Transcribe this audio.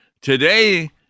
Today